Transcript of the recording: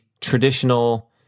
traditional